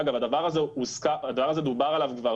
אגב, הדבר הזה, דובר עליו כבר